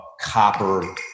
copper